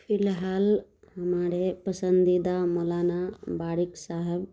فی الحال ہمارے پسندیدہ مولانا بارک صاحب